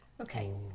Okay